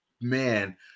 man